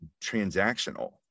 transactional